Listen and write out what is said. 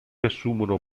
assumono